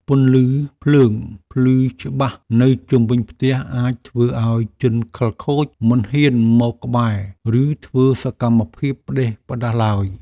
ពន្លឺភ្លើងភ្លឺច្បាស់នៅជុំវិញផ្ទះអាចធ្វើឱ្យជនខិលខូចមិនហ៊ានមកក្បែរឬធ្វើសកម្មភាពផ្តេសផ្តាសឡើយ។